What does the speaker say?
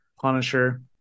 Punisher